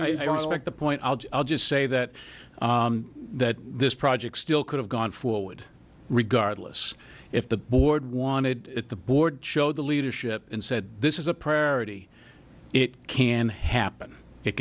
think the point i'll just say that that this project still could have gone forward regardless if the board wanted it the board showed the leadership and said this is a priority it can happen it